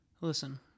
Listen